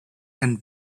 and